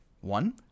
one